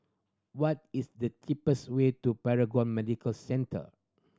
what is the cheapest way to Paragon Medical Centre